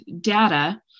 data